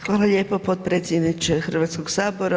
Hvala lijepo potpredsjedniče Hrvatskog sabora.